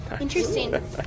Interesting